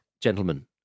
Gentlemen